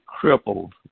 crippled